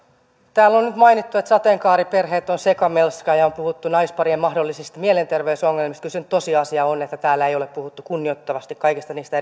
täällä on nyt mainittu että sateenkaariperheet ovat sekamelska ja on puhuttu naisparien mahdollisista mielenterveysongelmista kyllä se nyt tosiasia on että täällä ei ole puhuttu kunnioittavasti kaikista niistä